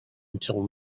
until